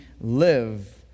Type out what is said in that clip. live